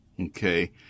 Okay